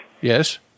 Yes